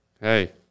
Hey